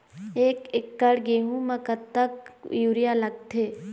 एक एकड़ गेहूं म कतक यूरिया लागथे?